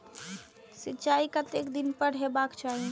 सिंचाई कतेक दिन पर हेबाक चाही?